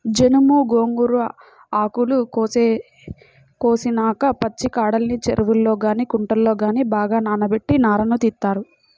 జనుము, గోంగూర ఆకులు కోసేసినాక పచ్చికాడల్ని చెరువుల్లో గానీ కుంటల్లో గానీ బాగా నానబెట్టి నారను తీత్తారు